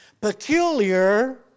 Peculiar